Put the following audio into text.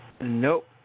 Nope